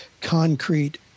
concrete